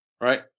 Right